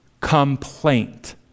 complaint